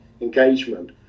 engagement